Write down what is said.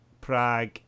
Prague